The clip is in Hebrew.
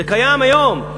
זה קיים היום,